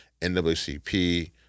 NWCP